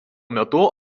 metu